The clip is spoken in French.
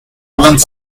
vingt